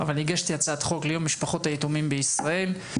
הגשתי הצעת חוק ליום משפחות היתומים בישראל,